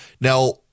Now